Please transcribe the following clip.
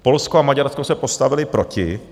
Polsko a Maďarsko se postavily proti.